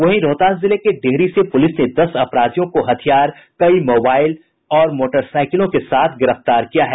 वहीं रोहतास जिले के डेहरी से पुलिस ने दस अपराधियों को हथियार कई मोबाइल और मोटरसाइकिलों के साथ गिरफ्तार किया है